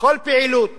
כל פעילות